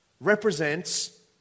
represents